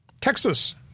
Texas